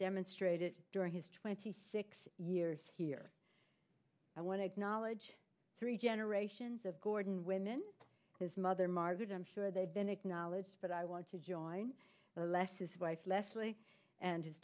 demonstrated during his twenty six years here i want to acknowledge three generations of gordon women his mother margaret i'm sure they've been acknowledged but i want to join les's wife leslie and his